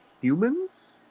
humans